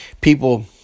people